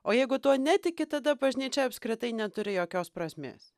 o jeigu tuo netiki tada bažnyčia apskritai neturi jokios prasmės